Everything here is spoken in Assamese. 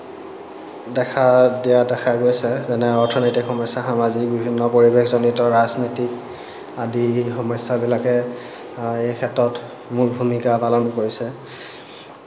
দেখা দিয়া দেখা গৈছে যেনে অৰ্থনৈতিক সমস্যা সামাজিক বিভিন্ন পৰিৱেশজনিত ৰাজনীতিক আদি সমস্যাবিলাকে এই ক্ষেত্ৰত মূল ভূমিকা পালন কৰিছে